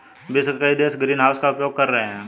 विश्व के कई देश ग्रीनहाउस का उपयोग कर रहे हैं